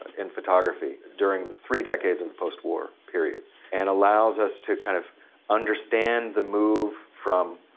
in photography during the three decades of the post war period and allows us to kind of understand the move from,